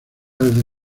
desde